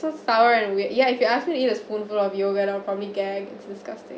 so sour and weird ya if you ask me to eat a spoonful of yogurt I'll probably gag disgusting